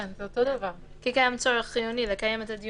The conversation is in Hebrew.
טוב כי קיים צורך חיוני לקיים את הדיון